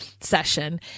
session